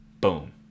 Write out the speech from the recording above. boom